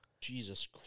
Jesus